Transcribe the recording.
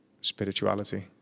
spirituality